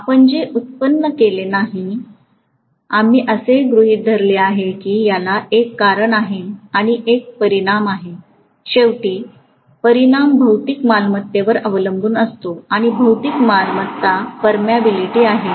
आम्ही ते व्युत्पन्न केलेले नाही आम्ही असे गृहित धरले आहे की याला एक कारण आहे आणि एक परिणाम आहे आणि शेवटी परिणाम भौतिक मालमत्तेवर अवलंबून असतो आणि भौतिक मालमत्ता पेरमियबिलिटी आहे